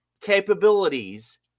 capabilities